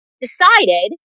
decided